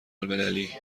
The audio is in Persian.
المللی